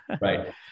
Right